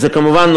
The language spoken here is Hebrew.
כמובן,